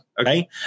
okay